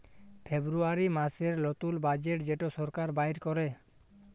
ফেব্রুয়ারী মাসের লতুল বাজেট যেট সরকার বাইর ক্যরে